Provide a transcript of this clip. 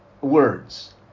words